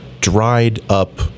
dried-up